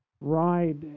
ride